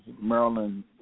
Maryland